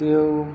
તેઓ